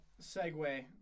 segue